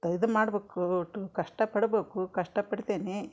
ತ ಇದು ಮಾಡ್ಬೇಕು ಒಟ್ಟು ಕಷ್ಟಪಡ್ಬೇಕು ಕಷ್ಟಪಡ್ತೇನೆ